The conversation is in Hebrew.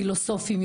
פילוסופים,